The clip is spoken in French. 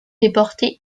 déporté